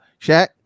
Shaq